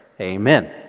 Amen